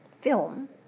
film